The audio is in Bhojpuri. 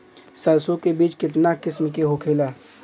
सरसो के बिज कितना किस्म के होखे ला?